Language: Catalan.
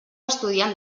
estudiant